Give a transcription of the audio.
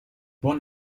buon